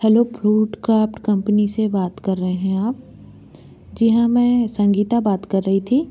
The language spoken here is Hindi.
हेलो फ्रूट क्राफ्ट कंपनी से बात कर रहे हैं आप जी हाँ मैं संगीता बात कर रही थी